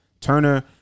Turner